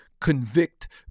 convict